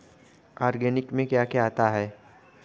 Organic में क्या क्या आता है?